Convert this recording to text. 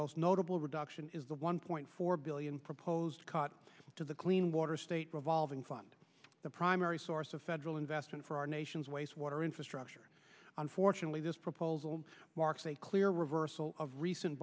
most notable reduction is the one point four billion proposed cuts to the clean water state revolving fund the primary source of federal investment for our nation's wastewater infrastructure unfortunately this proposal marks a clear reversal of recent